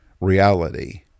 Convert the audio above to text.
reality